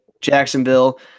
Jacksonville